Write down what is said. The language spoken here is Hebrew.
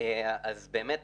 אז באמת,